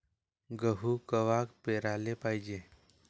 गहू कवा पेराले पायजे?